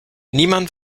niemand